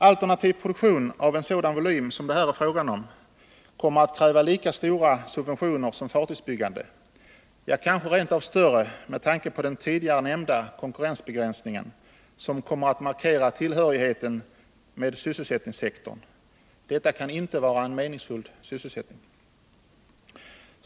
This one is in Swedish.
Alternativ produktion av en sådan volym som det här är fråga om kommer att kräva lika stora subventioner som fartygsbyggande — ja, kanske rent av större med tanke på den tidigare nämnda konkurrensbegränsningen, som kommer att markera tillhörigheten till sysselsättningssektorn. Detta kan inte ge en meningsfull sysselsättning.